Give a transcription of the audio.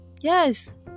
Yes